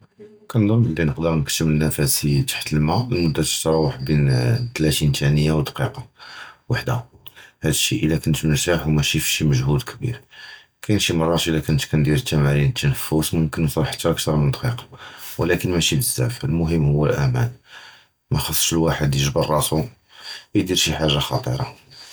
כְּנְצַנּ בְּלִי נְקַדֶּר נְחַבֵּס נַפְסִי תַּחְתּ הַמַּא' מְלְשִין סֵקּוּנְדָה וּדַקִיקָה וַחְדָה, הַדָּא שְׁיִיַּא אִיָּא קְנְת מְרְתַּח וּמַאְשִי פְשִי מְגְהוּד קְבִיר, קַאֵין שִׁי מְרַאת אִלָּא קְנְת קְנְדִיר תַּמָארִין דִיָּאל הַפּוּט יְמְכֵּן נוֹשֵל חַתּא קְתַר מִן דַקִיקָה וּלָקִין מַאְשִי בְּזַבַּא, הַמְּהִם הוּא הָאַמַּאן, מַאְחַסּ שְׁל וַחְד יְגַבֵּּר רַאסוּ וְיְדִיר שִׁי חַאגָ'ה חָ'טִירָה.